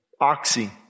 oxy